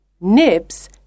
Nibs